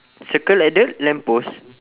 circle at the lamp post